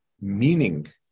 meaning